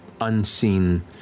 unseen